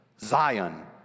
Zion